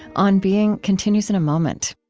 on being continues in a moment